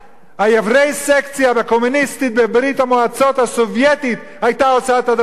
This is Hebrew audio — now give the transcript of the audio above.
היבסקציה הקומוניסטית בברית-המועצות הסובייטית היתה עושה את הדבר הזה,